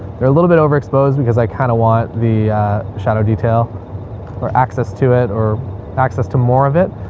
they're a little bit overexposed because i kind of want the shadow detail or access to it or access to more of it.